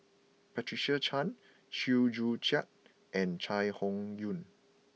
Patricia Chan Chew Joo Chiat and Chai Hon Yoong